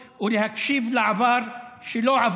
במיוחד ביום הזה אנחנו נדרשים ללמוד ולהקשיב לעבר שלא עבר,